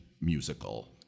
musical